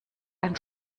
ein